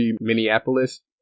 Minneapolis